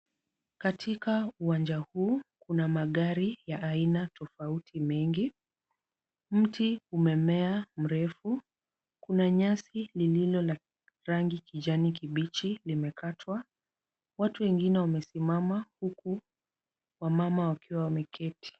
Katika uwanja huu kuna magari ya aina tofauti mengi. Mti umemea mrefu. Kuna nyasi lililo la rangi kijani kibichi limekatwa. Watu wengine wamesimama huku wamamawakiwa wameketi.